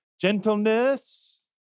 gentleness